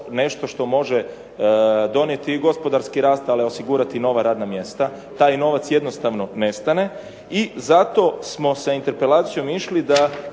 nešto što može donijeti i gospodarski rast ali osigurati i nova radna mjesta. Taj novac jednostavno nestane. I zato smo sa interpelacijom išli da